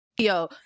Yo